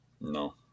No